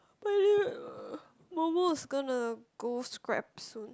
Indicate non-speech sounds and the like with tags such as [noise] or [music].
[noise] Momo is gonna go scrap soon